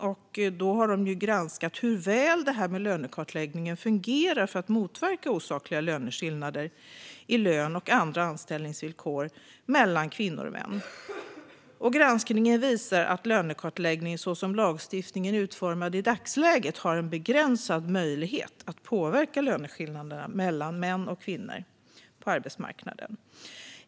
Man har granskat hur väl lönekartläggningen fungerar för att motverka osakliga skillnader i lön och andra anställningsvillkor mellan kvinnor och män. Granskningen visar att lönekartläggningen, så som lagstiftningen är utformad i dagsläget, har en begränsad möjlighet att påverka löneskillnaderna mellan män och kvinnor på arbetsmarknaden.